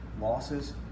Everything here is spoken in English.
losses